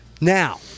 Now